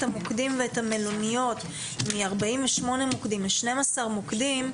המוקדים ואת המלוניות מ-48 מוקדים ל-12 מוקדים,